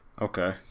Okay